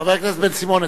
חבר הכנסת בן-סימון,